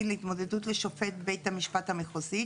להתמודדות לשופט בית המשפט המחוזי,